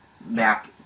back